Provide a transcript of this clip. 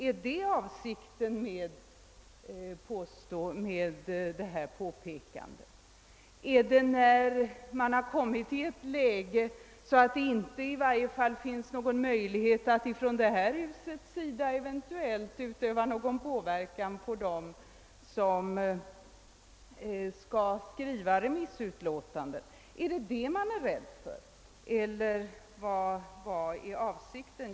Är det avsikten med statsrådets påpekande? Skall vi vänta med debatten så länge att det inte finns någon möjlighet att från det här husets sida utöva någon påverkan på dem som skall skriva remissyttrandena? Vad är avsiken?